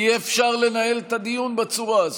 אי-אפשר לנהל את הדיון בצורה הזאת.